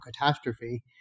catastrophe